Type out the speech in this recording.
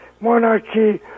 monarchy